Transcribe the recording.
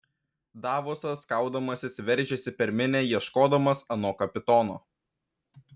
davosas kaudamasis veržėsi per minią ieškodamas ano kapitono